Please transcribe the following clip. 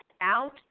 out